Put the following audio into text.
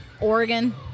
Oregon